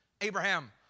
Abraham